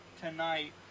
tonight